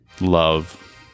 love